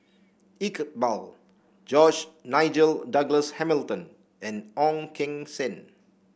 Iqbal George Nigel Douglas Hamilton and Ong Keng Sen